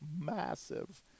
massive